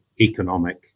economic